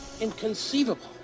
Inconceivable